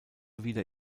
wieder